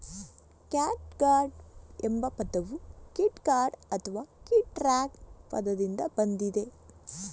catgut ಎಂಬ ಪದವು kitgut ಅಥವಾ ಕಿಟ್ಸ್ಟ್ರಿಂಗ್ ಪದದಿಂದ ಬಂದಿದೆ